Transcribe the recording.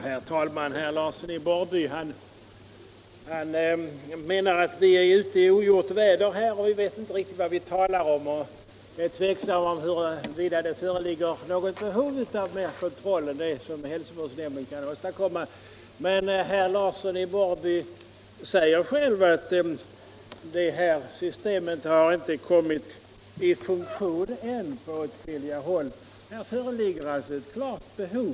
Herr talman! Herr Larsson i Borrby menar att vi motionärer är ute i ogjort väder och inte vet vad vi talar om och att det är tveksamt huruvida det föreligger något behov av den kontroll som hälsovårdsnämnden kan åstadkomma. Men herr Larsson säger själv att på åtskilliga håll har det här systemet ännu inte börjat fungera. Här föreligger alltså ett klart behov.